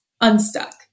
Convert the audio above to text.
unstuck